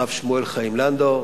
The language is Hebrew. הרב שמואל חיים לנדאו,